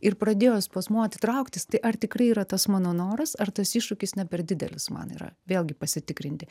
ir pradėjo spazmuoti trauktis tai ar tikrai yra tas mano noras ar tas iššūkis ne per didelis man yra vėlgi pasitikrinti